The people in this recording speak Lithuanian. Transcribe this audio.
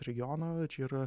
regiono čia yra